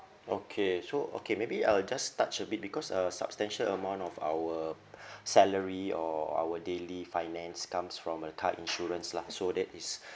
okay so okay maybe I'll just touch a bit because a substantial amount of our salary or our daily finance comes from a car insurance lah so that is